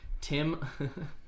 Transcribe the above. Tim